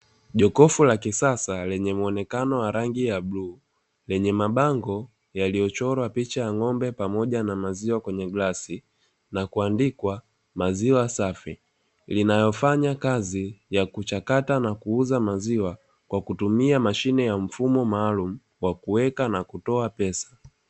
Jokofu la kisasa lenye mwonekano wa rangi ya bluu, lenye mabango yaliyochorwa picha ya ng’ombe pamoja na maziwa kwenye glasi na kuandikwa maziwa safi, inayofanya kazi ya kuchakata na kuuza maziwa kwa kutumia mashine ya mfumo maalumu wa kuweka na kutoa pesa.